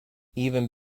even